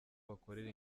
bakorera